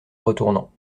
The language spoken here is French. retournant